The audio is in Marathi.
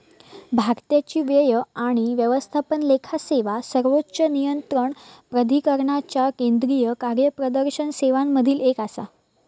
भारताची व्यय आणि व्यवस्थापन लेखा सेवा सर्वोच्च नियंत्रण प्राधिकरणाच्या केंद्रीय कार्यप्रदर्शन सेवांमधली एक आसा